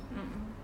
mm mm